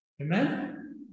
Amen